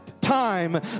time